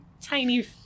tiny